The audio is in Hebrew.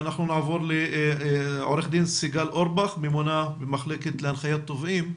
נעבור לעו"ד סיגל אורבך ממונה במחלקה להנחיית תובעים.